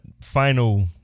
final